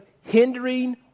hindering